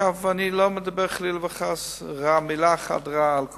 אני לא מדבר חלילה וחס מלה אחת רעה על קופות-החולים.